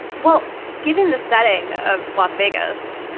well, given the setting of las vegas,